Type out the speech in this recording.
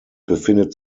befindet